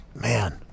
man